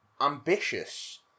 ambitious